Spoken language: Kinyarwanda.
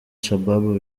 shabaab